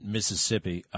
Mississippi